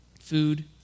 food